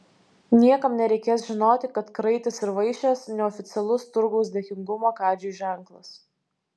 niekam nereikės žinoti kad kraitis ir vaišės neoficialus turgaus dėkingumo kadžiui ženklas